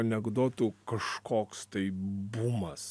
anekdotų kažkoks bumas